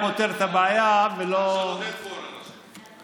עכשיו עודד פורר אשם.